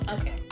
Okay